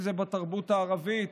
אם זה בתרבות הערבית,